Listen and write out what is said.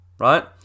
right